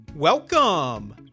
Welcome